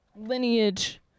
lineage